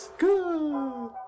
good